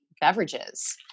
beverages